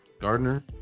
Gardner